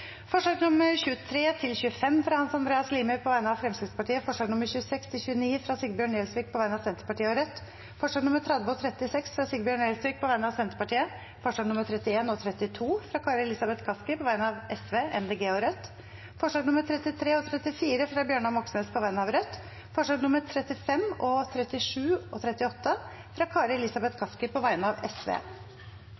fra Hans Andreas Limi på vegne av Fremskrittspartiet forslagene nr. 26–29, fra Sigbjørn Gjelsvik på vegne av Senterpartiet og Rødt forslagene nr. 30 og 36, fra Sigbjørn Gjelsvik på vegne av Senterpartiet forslagene nr. 31 og 32, fra Kari Elisabeth Kaski på vegne av Sosialistisk Venstreparti, Miljøpartiet De Grønne og Rødt forslagene nr. 33 og 34, fra Bjørnar Moxnes på vegne av Rødt forslagene nr. 35, 37 og 38, fra Kari Elisabeth